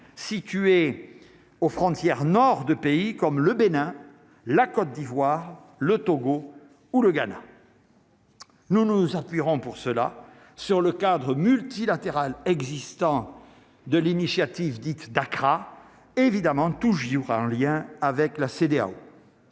situés aux frontières nord de pays comme le Bénin, la Côte d'Ivoire le Togo ou le Ghana. Nous nous appuierons pour cela sur le cadre multilatéral existant de l'initiative dite d'Accra évidemment toujours un lien avec la CEDEAO.